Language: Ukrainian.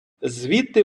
звідти